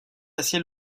ciel